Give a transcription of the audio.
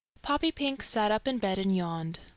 poppypink sat up in bed and yawned.